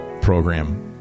program